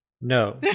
No